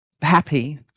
happy